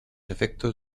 efectos